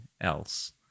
else